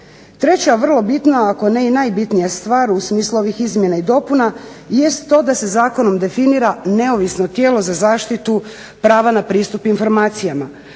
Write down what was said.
Treća vrlo bitna, ako ne i najbitnija stvar u smislu ovih izmjena i dopuna jest to da se zakonom definira neovisno tijelo za zaštitu prava na pristup informacijama